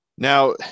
Now